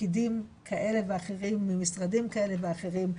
פקידים כאלה ואחרים ממשרדים כאלה ואחרים,